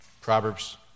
Proverbs